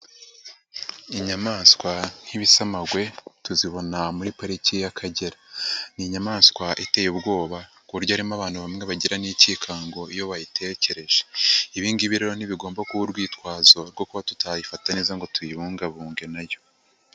Inyamaswa nk'ibisamagwe tuzibona muri pariki y'Akagera, ni inyamaswa iteye ubwoba ku buryo harimo abantu bamwe bagira n'ikikango iyo bayitekereje, ibi ngibi rero ntibigomba kuba urwitwazo rwo kuba tutayifata neza ngo tuyibungabunge nayo.